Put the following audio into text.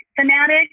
fanatic